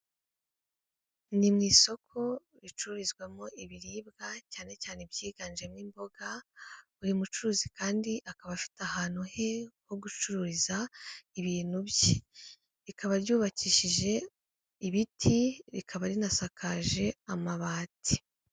Ni mu isoko ricururizwamo ibiribwa cyane cyane ibyiganjemo imboga, buri mucuruzi kandi akaba afite ahantu he ho gucururiza ibintu bye, rikaba ryubakishije ibiti, rikaba rinasakaje amabati.